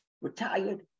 retired